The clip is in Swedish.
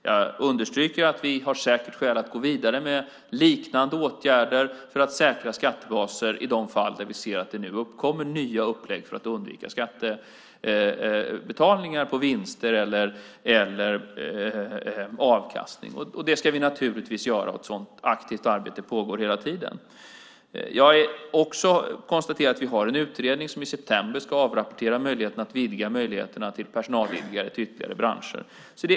Jag understryker att vi säkert har skäl att gå vidare med liknande åtgärder för att säkra skattebaser i de fall där vi ser att det nu uppkommer nya upplägg för att undvika skattebetalningar när det gäller vinster eller avkastning. Det ska vi naturligtvis göra, och ett sådant aktivt arbete pågår hela tiden. Jag konstaterar också att vi har en utredning som i september ska avrapportera möjligheten att vidga möjligheterna till personalliggare till ytterligare branscher.